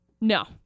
No